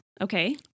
Okay